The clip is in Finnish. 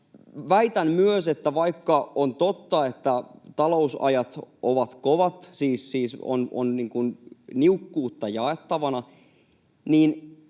Väitän myös, että vaikka on totta, että talousajat ovat kovat, siis on niukkuutta jaettavana, niin